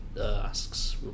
asks